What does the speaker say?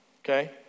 Okay